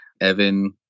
Evan